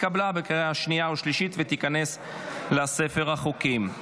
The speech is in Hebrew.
התקבלה בקריאה שנייה ושלישית ותיכנס לספר החוקים.